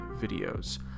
videos